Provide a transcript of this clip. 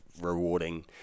rewarding